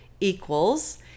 equals